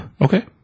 Okay